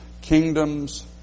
kingdoms